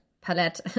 palette